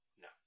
No